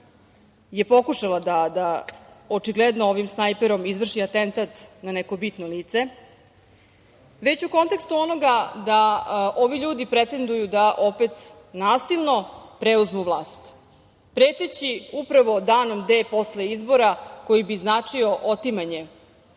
je pokušala da očigledno ovim snajperom izvrši atentat na neko bitno lice, već u kontekstu onoga da ovi ljudi pretenduju da opet nasilno preuzmu vlast, preteći upravo danom D posle izbora koji bi značio otimanje